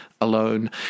alone